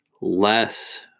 less